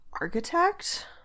architect